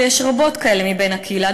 ויש רבות כאלה בקהילה,